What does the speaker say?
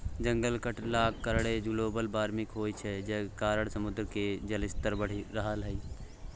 जंगल कटलाक कारणेँ ग्लोबल बार्मिंग होइ छै जकर कारणेँ समुद्र केर जलस्तर बढ़ि रहल छै